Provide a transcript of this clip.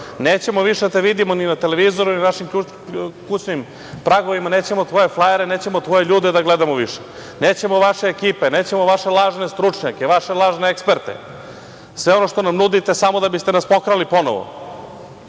nećemo više da te vidimo ni na televizoru, ni na našim kućnim pragovima, nećemo tvoje flajere, nećemo tvoje ljude da gledamo više, nećemo vaše ekipe, nećemo vaše lažne stručnjake, vaše lažne eksperte, sve ono što nam nudite da biste nas pokrali ponovo.